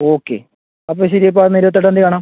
okay അപ്പോൾ ശരി ഇപ്പോൾ എന്നാൽ ഇരുപത്തെട്ടാം തീയ്യതി കാണാം